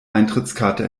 eintrittskarte